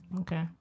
Okay